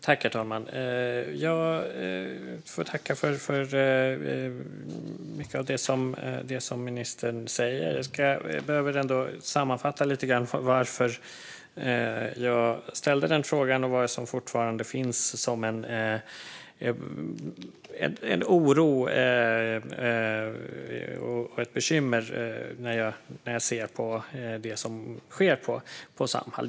Herr talman! Jag får tacka för mycket av det som ministern säger. Jag behöver ändå sammanfatta lite grann varför jag ställde frågan och vad som fortfarande finns som en oro och ett bekymmer när jag ser på det som sker på Samhall.